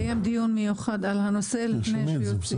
כדאי לקיים דיון מיוחד על הנושא לפני שיוצאים.